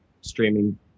streaming